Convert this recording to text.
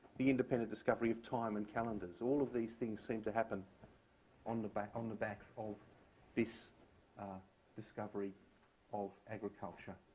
the independent discovery of time and calendars. all of these things seem to happen on the back um the back of this discovery of agriculture,